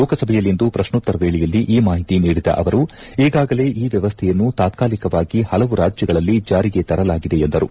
ಲೋಕಸಭೆಯಲ್ಲಿಂದು ಪ್ರಶ್ನೋತ್ತರ ವೇಳೆಯಲ್ಲಿ ಈ ಮಾಹಿತಿ ನೀಡಿದ ಅವರು ಈಗಾಗಲೇ ಈ ವ್ಯವಸ್ಥೆಯನ್ನು ತಾತ್ಕಲಿಕವಾಗಿ ಹಲವು ರಾಜ್ಯಗಳಲ್ಲಿ ಜಾರಿಗೆ ತರಲಾಗಿದೆ ಎಂದರು